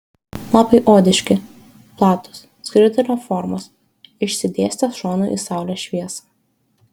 lapai odiški platūs skritulio formos išsidėstę šonu į saulės šviesą